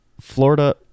Florida